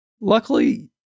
luckily